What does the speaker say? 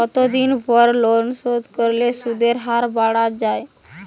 কতদিন পর লোন শোধ করলে সুদের হার বাড়ে য়ায়?